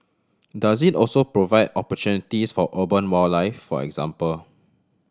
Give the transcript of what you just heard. does it also provide opportunities for urban wildlife for example